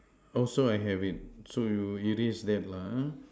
also I have it so you erase that lah ha